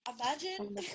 Imagine